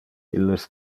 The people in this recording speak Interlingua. illes